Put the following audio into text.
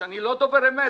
שאני לא דובר אמת,